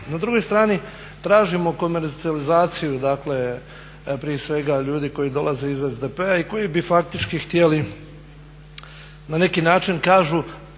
s druge strane tražimo komercijalizaciju prije svega ljudi koji dolaze iz SDP-a i koji bi faktički htjeli na neki način kažu